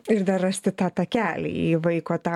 ir dar rasti tą takelį į vaiko tau